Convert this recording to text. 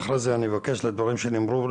לצערי מאוד מכובד,